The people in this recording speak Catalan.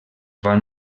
van